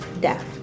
deaf